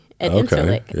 Okay